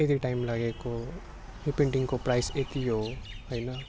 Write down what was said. यति टाइम लागेको यो पेन्टिङको प्राइस यति हो होइन